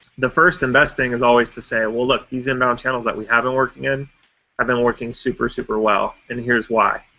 the first and best thing is always to say, well, look. these inbound channels that we have been working in have been working super, super well, and here's why.